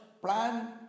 plan